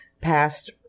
passed